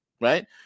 right